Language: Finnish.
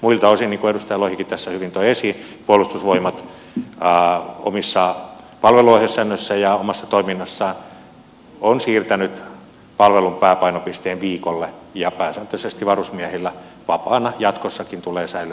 muilta osin niin kuin edustaja lohikin tässä hyvin toi esiin puolustusvoimat omissa palveluohjesäännöissään ja omassa toiminnassaan on siirtänyt palvelun pääpainopisteen viikolle ja pääsääntöisesti varusmiehillä vapaana jatkossakin tulleeseen